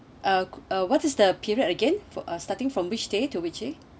uh uh what is the period again for uh starting from whcih day to which day